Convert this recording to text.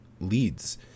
leads